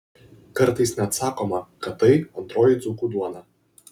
kartais net sakoma kad tai antroji dzūkų duona